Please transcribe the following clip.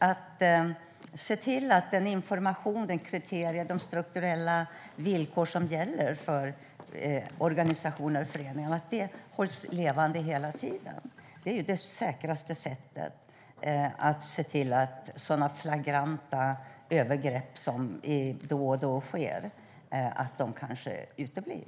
Att se till att den information, de kriterier och de strukturella villkor som gäller för organisationer och föreningar hålls levande hela tiden är det säkraste sättet att se till att sådana flagranta övergrepp som då och då sker kanske uteblir.